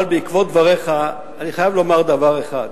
אבל בעקבות דבריך אני חייב לומר דבר אחד: